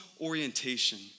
orientation